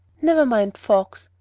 never mind folks,